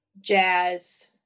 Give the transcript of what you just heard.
Jazz